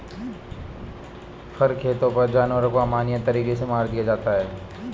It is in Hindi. फर खेतों पर जानवरों को अमानवीय तरीकों से मार दिया जाता है